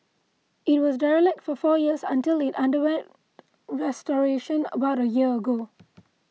it was derelict for four years until it underwent restoration about a year ago